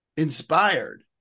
Inspired